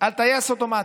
על טייס אוטומטי,